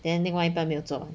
then 另外一半没有做